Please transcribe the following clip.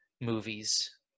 movies